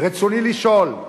רצוני לשאול: